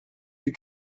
you